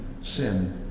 sin